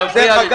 זאת הרוויזיה.